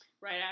right